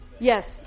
Yes